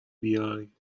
بیای